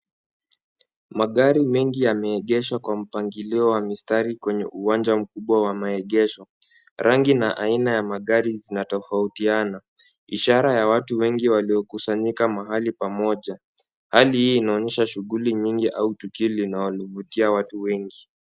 Magari mengi yameegesha kwa mpangilio wa mistari kwenye uwanja mkubwa wa maegesho. Rangi na aina ya magari zinatofautiana. Ishara ya watu wengi waliokusanyika mahali pamoja. Hali hii inaonyesha shughuli nyingi au tukio linalovutia watu wengi.